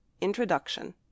Introduction